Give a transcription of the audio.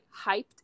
hyped